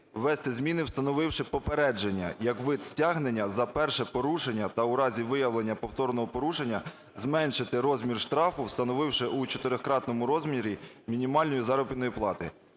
ввести зміни, встановивши попередження як вид стягнення за перше порушення, та у разі виявлення повторного порушення зменшити розмір штрафу, встановивши у чотирьохкратному розмірі мінімальної заробітної плати.